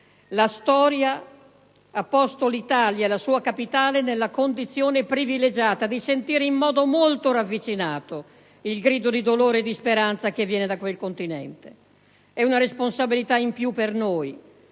La storia ha posto l'Italia e la sua capitale nella condizione privilegiata di sentire in modo molto ravvicinato il grido di dolore e di speranza che viene da quel Continente. È una responsabilità in più per noi,